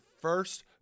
first